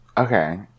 Okay